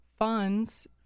funds